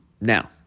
Now